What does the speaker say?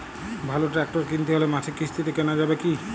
ভালো ট্রাক্টর কিনতে হলে মাসিক কিস্তিতে কেনা যাবে কি?